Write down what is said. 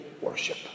worship